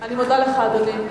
אני מודה לך, אדוני.